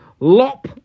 lop